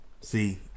See